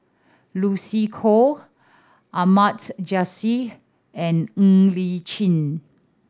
Lucy Koh Ahmad Jais and Ng Li Chin